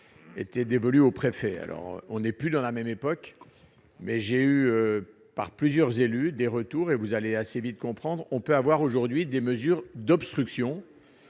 était dévolu aux préfets, alors on est plus dans la même époque, mais j'ai eu par plusieurs élus des retours et vous aller assez vite comprendre, on peut avoir aujourd'hui des mesures d'obstruction